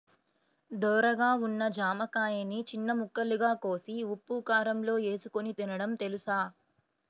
ధోరగా ఉన్న జామకాయని చిన్న ముక్కలుగా కోసి ఉప్పుకారంలో ఏసుకొని తినడం తెలుసా?